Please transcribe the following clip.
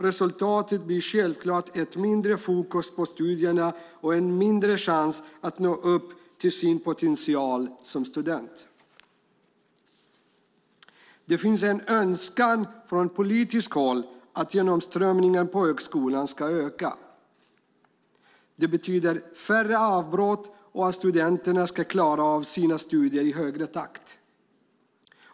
Resultatet blir självklart ett mindre fokus på studierna och en mindre chans att nå upp till sin potential som student. Det finns en önskan från politiskt håll att genomströmningen på högskolan ska öka. Det betyder färre avbrott och att studenterna ska klara av sina studier i högre takt.